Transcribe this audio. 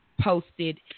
posted